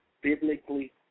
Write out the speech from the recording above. biblically